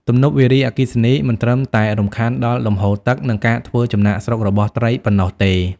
ទំនប់វារីអគ្គិសនីមិនត្រឹមតែរំខានដល់លំហូរទឹក និងការធ្វើចំណាកស្រុករបស់ត្រីប៉ុណ្ណោះទេ។